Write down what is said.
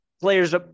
players